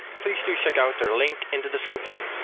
please do check out their link in the description,